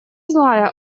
злая